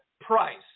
price